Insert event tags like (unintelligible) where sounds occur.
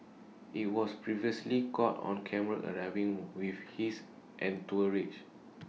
he was previously caught on camera arriving (unintelligible) with his entourage